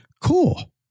Cool